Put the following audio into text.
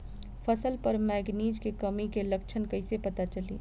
फसल पर मैगनीज के कमी के लक्षण कईसे पता चली?